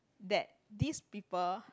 that these people